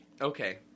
Okay